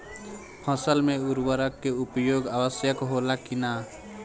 फसल में उर्वरक के उपयोग आवश्यक होला कि न?